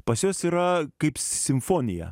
pas juos yra kaip simfonija